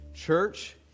Church